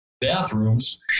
bathrooms